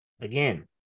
Again